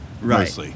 Right